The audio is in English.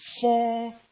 four